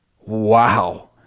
wow